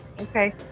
Okay